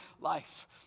life